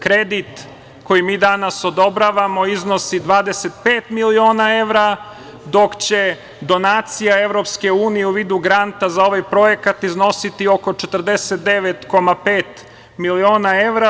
Kredit koji mi danas odobravamo, iznosi 25 miliona evra, dok će donacija Evropske unije u vidu garanta za ovaj projekat iznositi oko 49,5 miliona evra.